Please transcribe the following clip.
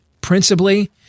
principally